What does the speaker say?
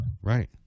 right